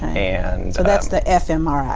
and so that's the fmri.